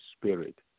spirit